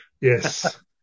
yes